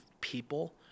people